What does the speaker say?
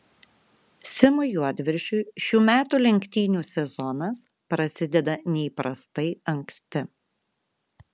simui juodviršiui šių metų lenktynių sezonas prasideda neįprastai anksti